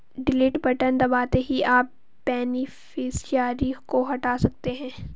delete button दबाते ही आप बेनिफिशियरी को हटा सकते है